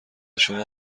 شما